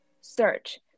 search